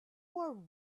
were